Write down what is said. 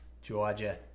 Georgia